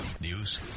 News